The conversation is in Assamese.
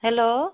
হেল্ল'